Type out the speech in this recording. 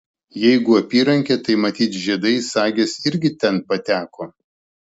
jeigu apyrankė tai matyt žiedai sagės irgi ten pateko